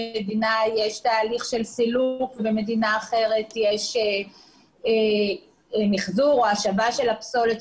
במדינה תהליך של סילוק ובמדינה אחרת יש מיחזור או השבה של הפסולת,